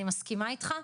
אני מסכימה איתך,